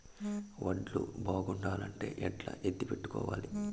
వడ్లు బాగుండాలంటే ఎట్లా ఎత్తిపెట్టుకోవాలి?